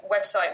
website